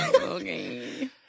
Okay